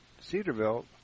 Cedarville